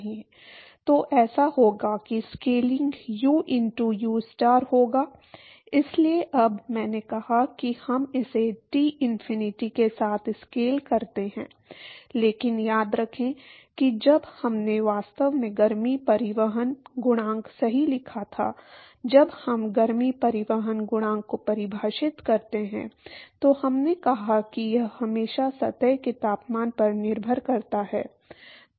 तो ऐसा होगा कि स्केलिंग यू इनटू ustar होगा इसलिए अब मैंने कहा कि हम इसे T इनफिनिटी के साथ स्केल करते हैं लेकिन याद रखें कि जब हमने वास्तव में गर्मी परिवहन गुणांक सही लिखा था जब हम गर्मी परिवहन गुणांक को परिभाषित करते हैं तो हमने कहा कि यह हमेशा सतह के तापमान पर निर्भर करता है